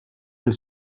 elle